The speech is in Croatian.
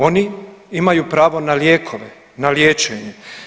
Oni imaju pravo na lijekove, na liječenje.